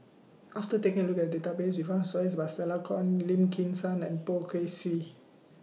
after taking A Look At Database We found stories about Stella Kon Lim Kim San and Poh Kay Swee